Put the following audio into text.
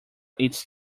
its